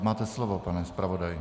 Máte slovo, pane zpravodaji.